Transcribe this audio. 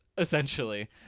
Essentially